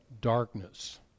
darkness